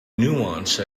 nuanced